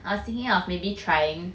I was thinking of maybe trying